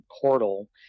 portal